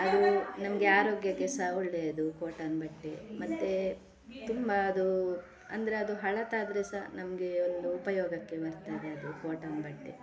ಅದು ನಮಗೆ ಆರೋಗ್ಯಕ್ಕೆ ಸಹ ಒಳ್ಳೆಯದು ಕಾಟನ್ ಬಟ್ಟೆ ಮತ್ತೆ ತುಂಬ ಅದು ಅಂದರೆ ಅದು ಹಳತ್ತಾದರೆ ಸಹ ನಮಗೆ ಒಂದು ಉಪಯೋಗಕ್ಕೆ ಬರ್ತದೆ ಅದು ಕಾಟನ್ ಬಟ್ಟೆ